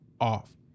off